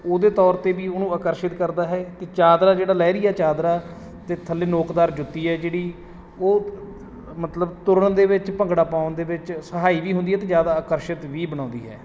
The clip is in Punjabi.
ਉਹਦੇ ਤੌਰ 'ਤੇ ਵੀ ਉਹਨੂੰ ਆਕਰਸ਼ਿਤ ਕਰਦਾ ਹੈ ਅਤੇ ਚਾਦਰਾ ਜਿਹੜਾ ਲਹਿਰੀਆ ਚਾਦਰਾ ਅਤੇ ਥੱਲੇ ਨੋਕਦਾਰ ਜੁੱਤੀ ਹੈ ਜਿਹੜੀ ਉਹ ਮਤਲਬ ਤੁਰਨ ਦੇ ਵਿੱਚ ਭੰਗੜਾ ਪਾਉਣ ਦੇ ਵਿੱਚ ਸਹਾਈ ਵੀ ਹੁੰਦੀ ਹੈ ਅਤੇ ਜ਼ਿਆਦਾ ਆਕਰਸ਼ਿਤ ਵੀ ਬਣਾਉਂਦੀ ਹੈ